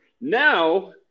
now